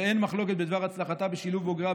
ואין מחלוקת בדבר הצלחתה בשילוב בוגריה